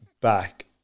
back